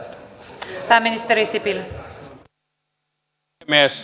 arvoisa puhemies